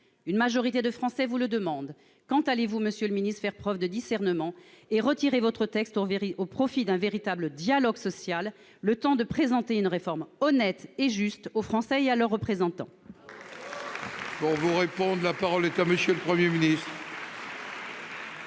Une majorité de Français vous le demande : quand allez-vous faire preuve de discernement et retirer votre texte au profit d'un véritable dialogue social, le temps de présenter une réforme honnête et juste aux Français et à leurs représentants ? La parole est à M. le Premier ministre.